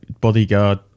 bodyguard